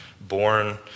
born